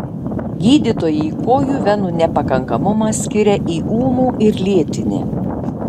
gydytojai kojų venų nepakankamumą skiria į ūmų ir lėtinį